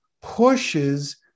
pushes